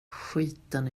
skiten